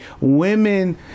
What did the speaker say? Women